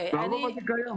והרוב הזה קיים.